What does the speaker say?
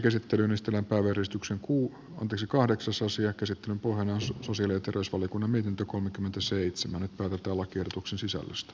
käsittelyn pohjana on sosiaali ja terveysvaliokunnan mietintö kolmekymmentäseitsemän ravintolakierroksen sisällöstä